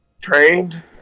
Trained